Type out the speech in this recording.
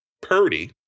Purdy